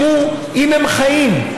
יראו אם הם חיים,